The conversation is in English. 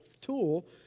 tool